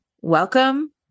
Welcome